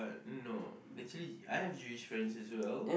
uh no actually I have Jewish friends as well